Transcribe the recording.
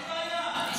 אין בעיה.